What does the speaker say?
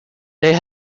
they